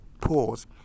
pause